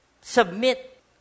submit